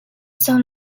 son